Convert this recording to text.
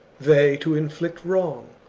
they to inflict wrong,